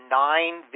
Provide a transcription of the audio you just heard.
nine